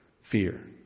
fear